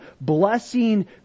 blessing